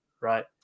Right